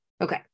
Okay